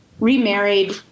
remarried